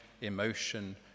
emotion